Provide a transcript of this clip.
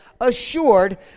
assured